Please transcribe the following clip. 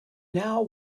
now